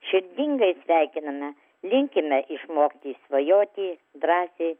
širdingai sveikiname linkime išmokti svajoti drąsiai